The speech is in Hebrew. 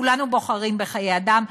כולנו בוחרים בחיי אדם.